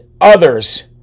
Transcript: others